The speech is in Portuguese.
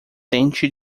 tente